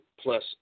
PLUS